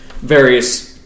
various